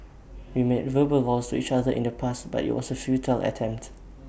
we made verbal vows to each other in the past but IT was A futile attempt